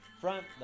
Front